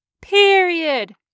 period